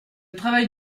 travail